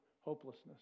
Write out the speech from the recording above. hopelessness